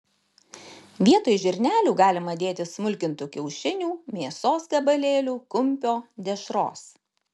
vietoj žirnelių galima dėti smulkintų kiaušinių mėsos gabalėlių kumpio dešros